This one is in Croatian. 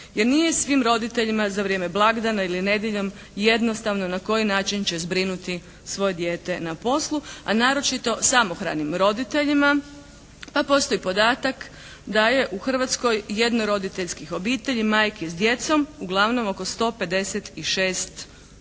jer nije svim roditeljima za vrijeme blagdana ili nedjeljom jednostavno na koji način će zbrinuti svoje dijete na poslu a naročito samohranim roditeljima, pa postoji podatak da je u Hrvatskoj jednoroditeljskih obitelji majki s djecom uglavnom oko 156 tisuća.